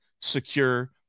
secure